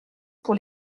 pour